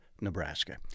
Nebraska